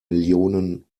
millionen